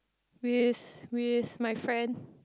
with with my friend